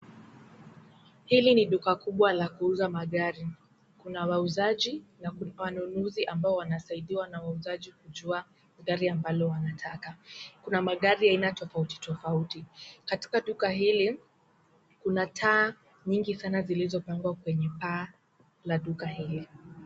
Hili ni duka kubwa la kuuza magari. Kuna wauzaji na kuna wanunuzi ambao wanasaidiwa na wauzaji kujua gari ambalo wanataka. Kuna magari ya aina tofauti tofauti. Katika duka hili, kuna taa nyingi sana zilizopangwa kwenye paa la duka hili.